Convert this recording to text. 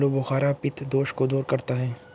आलूबुखारा पित्त दोष को दूर करता है